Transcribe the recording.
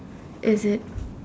is it